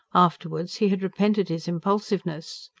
afterwards he had repented his impulsiveness.